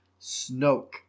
Snoke